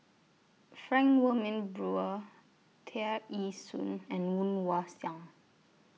Frank Wilmin Brewer Tear Ee Soon and Woon Wah Siang